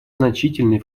значительный